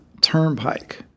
turnpike